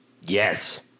Yes